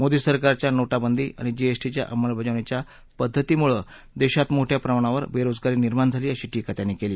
मोदी सरकारच्या नोटवंदी आणि जीएसटीच्या अंमलबजावणीच्या पद्धतीमुळे दैशात मोठया प्रमाणावर बेरोजगारी निर्माण झाली अशी टीका त्यांनी केली